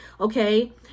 okay